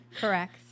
correct